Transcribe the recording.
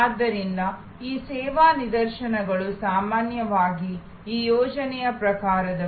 ಆದ್ದರಿಂದ ಈ ಸೇವಾ ನಿದರ್ಶನಗಳು ಸಾಮಾನ್ಯವಾಗಿ ಈ ಯೋಜನೆಯ ಪ್ರಕಾರದವು